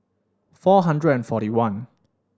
four hundred and forty one